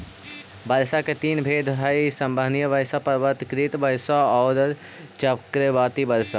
वर्षा के तीन भेद हई संवहनीय वर्षा, पर्वतकृत वर्षा औउर चक्रवाती वर्षा